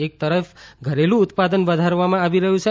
એક તરફ ધરેલું ઉત્પાદન વધારવામાં આવી રહ્યું છે